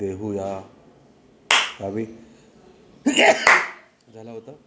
देहू या गावी झाला होता